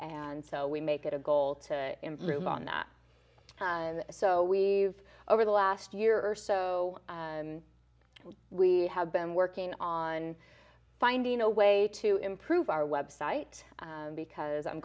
and so we make it a goal to improve on that and so we have over the last year or so we have been working on finding a way to improve our website because i'm